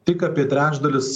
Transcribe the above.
tik apie trečdalis